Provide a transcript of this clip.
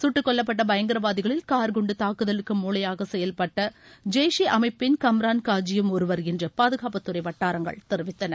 கட்டுக் கொல்லப்பட்ட பயங்கரவாதிகளில் கார் குண்டு தாக்குதலுக்கு மூளையாக செயல்பட்ட ஜெய்ஸ் ஈ அமைப்பின் கம்ரான் காஜியும் ஒருவர் என்று பாதுகாப்புத்துறை வட்டாரங்கள் தெரிவித்தன